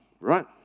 right